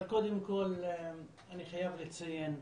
אבל קודם כל אני חייב לציין,